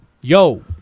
Yo